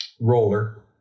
roller